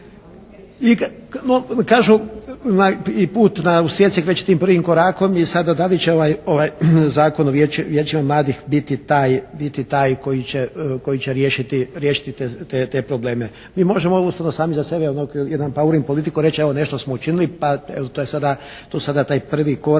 Kažu u svijet se kreće tim prvim korakom i sada da li će ovaj Zakon o Vijećima mladih biti taj koji će riješiti te probleme? Mi možemo ovo jednostavno sami za sebe, jedan "apaurin" politikom reći evo, nešto smo učinili pa je tu sada taj prvi korak